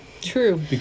True